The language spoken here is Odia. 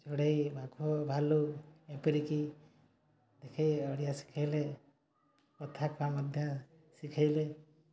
ଚଢ଼େଇ ବାଘ ଭାଲୁ ଏପରିକି ଦେଖାଇ ଓଡ଼ିଆ ଶିଖାଇଲେ କଥା କୁହା ମଧ୍ୟ ଶିଖାଇଲେ